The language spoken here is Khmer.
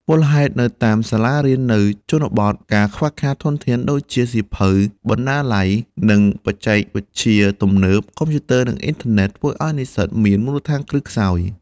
មូលហេតុនៅតាមសាលារៀននៅជនបទ ការខ្វះខាតធនធានដូចជាសៀវភៅ បណ្ណាល័យ និងបច្ចេកវិទ្យាទំនើប (កុំព្យូទ័រ និងអ៊ីនធឺណិត) ធ្វើឲ្យនិស្សិតមានមូលដ្ឋានគ្រឹះខ្សោយ។